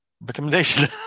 Recommendation